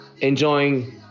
Enjoying